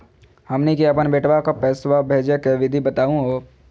हमनी के अपन बेटवा क पैसवा भेजै के विधि बताहु हो?